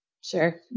Sure